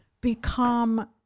become